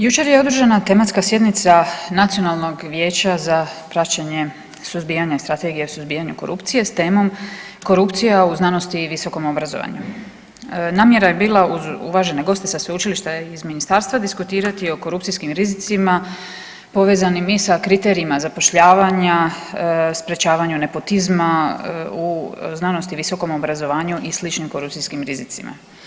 Jučer je održana tematska sjednica Nacionalnog vijeća za praćenje suzbijanja Strategije suzbijanja korupcije s temom „Korupcija u znanosti i visokom obrazovanju.“ Namjera je bila uvažene goste sa Sveučilišta iz ministarstva diskutirati o korupcijskim rizicima povezanim i sa kriterijima zapošljavanja, sprječavanju nepotizma u znanosti i visokom obrazovanju i sličnim korupcijskim rizicima.